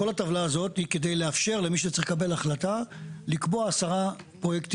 כל הטבלה הזאת היא כדי לאפשר למי שצריך לקבל החלטה לקבוע עשרה פרויקטים.